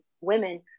women